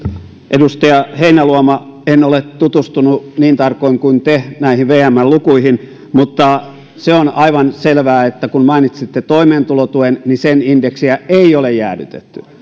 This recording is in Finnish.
edustaja heinäluoma en ole tutustunut niin tarkoin kuin te näihin vmn lukuihin mutta se on aivan selvää että kun mainitsitte toimeentulotuen niin sen indeksiä ei ole jäädytetty